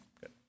Good